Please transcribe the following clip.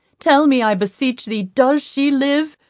tell me, i beseech thee, does she live?